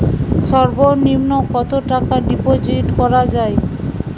সর্ব নিম্ন কতটাকা ডিপোজিট করা য়ায়?